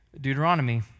Deuteronomy